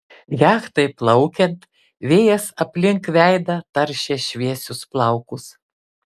jachtai plaukiant vėjas aplink veidą taršė šviesius plaukus